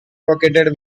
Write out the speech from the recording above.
located